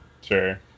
Sure